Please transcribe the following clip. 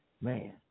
Man